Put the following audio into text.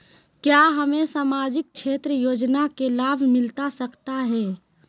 क्या हमें सामाजिक क्षेत्र योजना के लाभ मिलता सकता है?